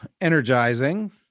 energizing